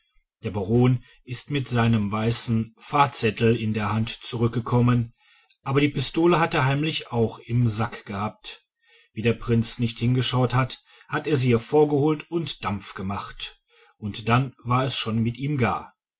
der baron ist mit seinem weißen fazettel in der hand zurückgekommen aber die pistole hat er heimlich auch im sack gehabt wie der prinz nicht hingeschaut hat hat er sie hervorgeholt und dampf gemacht and dann war es schon mit ihm gar